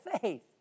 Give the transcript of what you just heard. faith